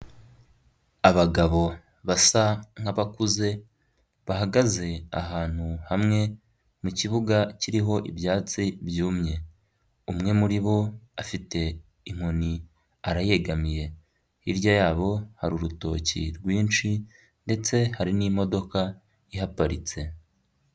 Abagabo basa nk'abakuze, bahagaze ahantu hamwe mu kibuga kiriho ibyatsi byumye. Umwe muri bo afite inkoni arayegamiye. Hirya yabo hari urutoki rwinshi ndetse hari n'imodoka ihaparitse.